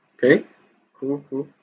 okay true true